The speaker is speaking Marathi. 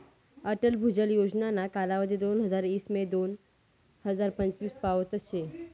अटल भुजल योजनाना कालावधी दोनहजार ईस ते दोन हजार पंचवीस पावतच शे